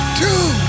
two